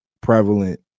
prevalent